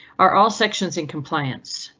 are all sections in compliance?